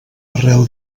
arreu